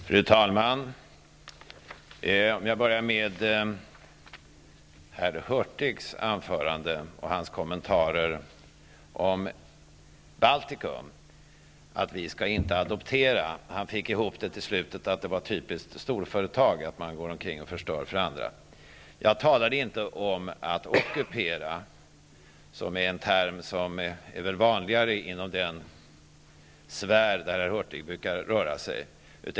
Fru talman! Jag vill börja med att ta upp herr Baltikum. Han sade att vi inte skall adoptera. Han fick på slutet ihop det till att det var typiskt för storföretag att förstöra för andra. Jag talade inte om att ockupera, vilket är en term som väl är vanligare inom den sfär som herr Hurtig brukar röra sig i.